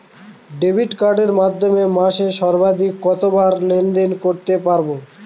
Debit কার্ডের মাধ্যমে মাসে সর্বাধিক কতবার লেনদেন করতে পারবো?